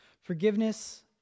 Forgiveness